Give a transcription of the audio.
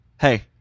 hey